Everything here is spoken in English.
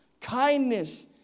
kindness